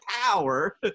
power